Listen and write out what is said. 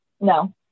no